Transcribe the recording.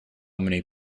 many